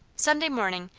sunday morning,